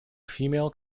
female